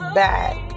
back